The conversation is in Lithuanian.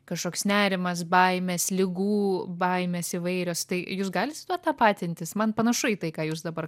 kažkoks nerimas baimės ligų baimės įvairios tai jūs galit su tuo tapatintis man panašu į tai ką jūs dabar